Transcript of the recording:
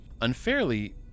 Unfairly